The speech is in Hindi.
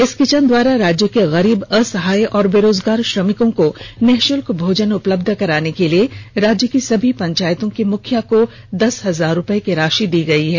इस किचन द्वारा राज्य के गरीब असहाय और बेरोजगार श्रमिकों को निषुल्क भोजन उपलब्ध कराने के लिए राज्य की सभी पंचायतों के मुखिया को दस हजार रुपये की राषि दी गई है